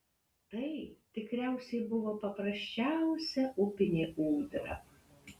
tai tikriausiai buvo paprasčiausia upinė ūdra